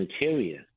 interior